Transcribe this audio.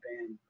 band